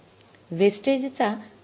wastage चा दर येथे किती असेल